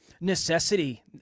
Necessity